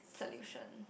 solution